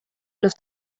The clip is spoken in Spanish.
los